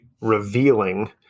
revealing